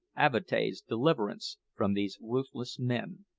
avatea's deliverance from these ruthless men.